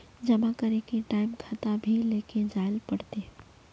जमा करे के टाइम खाता भी लेके जाइल पड़ते?